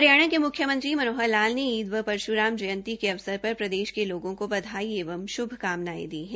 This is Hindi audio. हरियाणा के मुख्यमंत्री मनोहर लाल ने ईद व परश्राम जयंती के अवसर पर प्रदेश के लोगो को बधाई एवं शुभकामनायें दी है